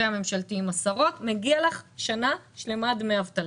הממשלתי עם השרות מגיעים לך במשך שנה שלמה דמי אבטלה.